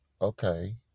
Okay